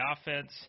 offense